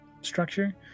structure